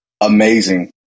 amazing